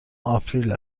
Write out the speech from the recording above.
آپریل